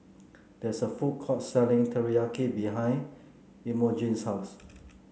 there is a food court selling Teriyaki behind Imogene's house